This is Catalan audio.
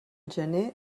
gener